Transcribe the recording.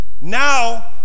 Now